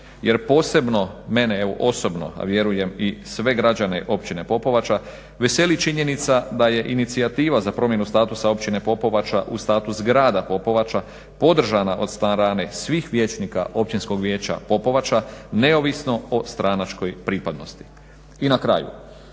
jer posebno mene evo osobno a vjerujem i sve građane Općine Popovača veseli činjenica da je inicijativa za promjenu statusa Općine Popovača u status Grada Popovača podržana od strane svih vijećnika Općinskog vijeća Popovača neovisno o stranačkoj pripadnosti. I na kraju,